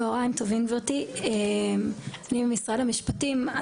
צהריים טובים גברתי, אני ממשרד המשפטים.